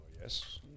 Yes